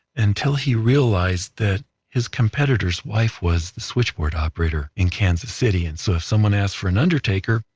until he realized that his competitor's wife was the switchboard operator in kansas city, and so if someone asks for an undertaker,